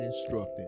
instructed